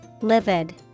Livid